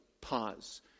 Pause